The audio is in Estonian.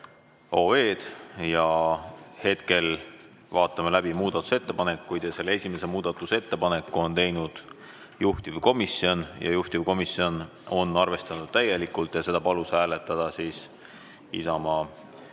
497 ja hetkel vaatame läbi muudatusettepanekuid. Selle esimese muudatusettepaneku on teinud juhtivkomisjon ja juhtivkomisjon on seda arvestanud täielikult. Seda palus hääletada Isamaa